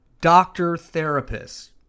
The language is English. doctor-therapist